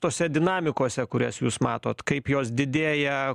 tose dinamikose kurias jūs matot kaip jos didėja